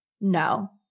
No